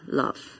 love